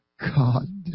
God